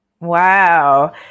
Wow